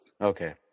Okay